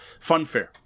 funfair